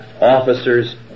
officers